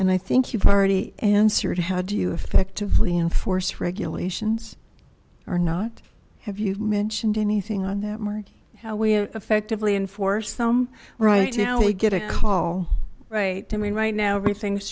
and i think you've already answered how do you effectively enforce regulations or not have you mentioned anything on that market how we effectively enforce them right you know we get a call right i mean right now everything's